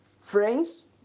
Friends